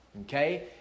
Okay